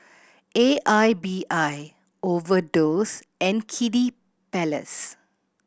A I B I Overdose and Kiddy Palace